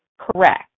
correct